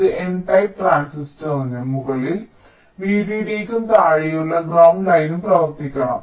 ഇത് n type ട്രാൻസിസ്റ്ററിനും മുകളിൽ VDDക്കും താഴെയുള്ള ഗ്രൌണ്ട് ലൈനും പ്രവർത്തിക്കണം